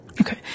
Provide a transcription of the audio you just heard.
Okay